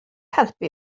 helpu